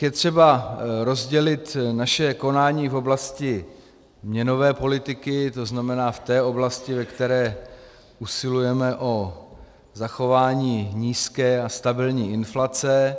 Je třeba rozdělit naše konání v oblasti měnové politiky, to znamená v té oblasti, ve které usilujeme o zachování nízké a stabilní inflace.